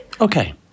Okay